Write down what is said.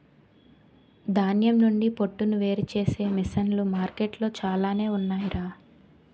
ధాన్యం నుండి పొట్టును వేరుచేసే మిసన్లు మార్కెట్లో చాలానే ఉన్నాయ్ రా